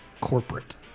corporate